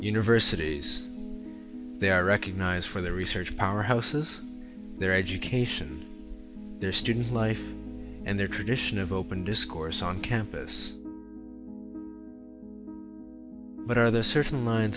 universities they are recognized for their research powerhouses their education their student life and their tradition of open discourse on campus but are there certain lines